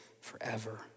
forever